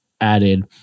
added